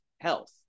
health